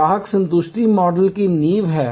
ग्राहक संतुष्टि मॉडल की नींव है